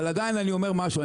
אבל עדיין אני אומר משהו,